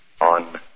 on